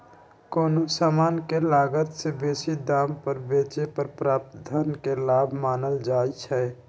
कोनो समान के लागत से बेशी दाम पर बेचे पर प्राप्त धन के लाभ मानल जाइ छइ